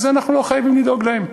אז אנחנו לא חייבים לדאוג להם.